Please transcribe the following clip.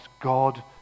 God